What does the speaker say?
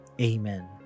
Amen